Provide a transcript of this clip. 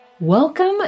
Welcome